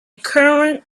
current